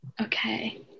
Okay